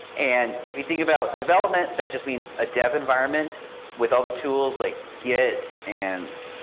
and if you think about development, that just means a dev environment with all the tools, like git and